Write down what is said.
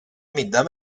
middag